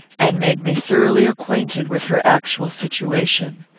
and made me thoroughly acquainted with her actual situation.